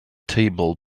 table